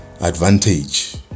advantage